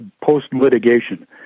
post-litigation